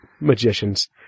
magician's